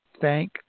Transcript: Thank